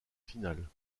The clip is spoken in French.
finale